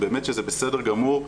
באמת שזה בסדר גמור,